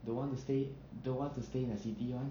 don't want to stay don't want to stay in the city [one]